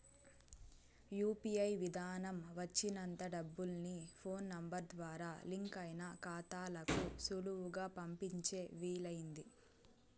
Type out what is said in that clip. UPI విదానం వచ్చినంత డబ్బుల్ని ఫోన్ నెంబరు ద్వారా లింకయిన కాతాలకు సులువుగా పంపించే వీలయింది